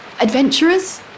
Adventurers